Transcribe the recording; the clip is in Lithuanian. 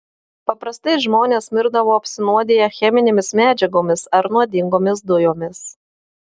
paprastai žmonės mirdavo apsinuodiję cheminėmis medžiagomis ar nuodingomis dujomis